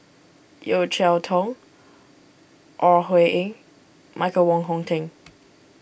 Yeo Cheow Tong Ore Huiying Michael Wong Hong Teng